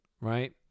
right